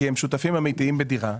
כי הם שותפים אמיתיים בדירה.